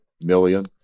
million